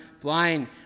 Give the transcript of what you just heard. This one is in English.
blind